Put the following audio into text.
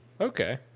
okay